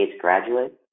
graduate